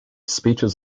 speeches